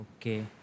Okay